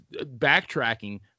backtracking